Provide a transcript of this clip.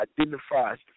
identifies